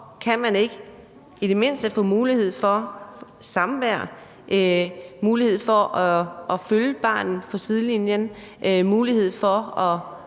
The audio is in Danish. kan man ikke i det mindste få mulighed for samvær, altså få mulighed for at følge barnet fra sidelinjen, få mulighed for at